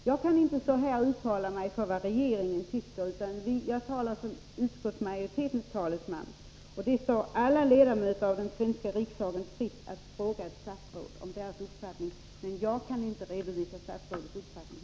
Jag kan inte stå här och uttala mig för vad regeringen anser, utan jag talar som utskottsmajoritetens talesman. Det står alla ledamöter av den svenska riksdagen fritt att fråga ett statsråd om hans eller hennes uppfattning, men jag kan inte här redovisa ett statsråds mening.